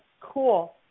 Cool